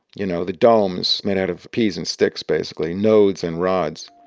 you know, the domes made out of peas and sticks, basically nodes and rods.